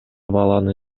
баланы